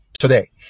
today